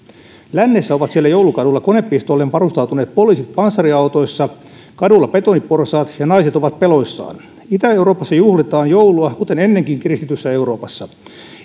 lännessä ovat joulukadulla konepistoolein varustautuneet poliisit panssariautoissa kadulla betoniporsaat ja naiset ovat peloissaan itä euroopassa juhlitaan joulua kuten ennenkin kristityssä euroopassa